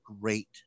great